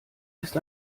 ist